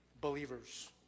believers